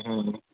હં